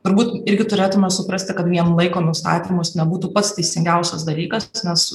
turbūt irgi turėtume suprasti kad vien laiko nustatymas nebūtų pats teisingiausias dalykas nes